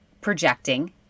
projecting